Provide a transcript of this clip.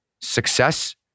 success